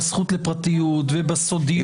בזכות לפרטיות, ובסודיות.